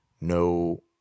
no